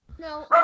No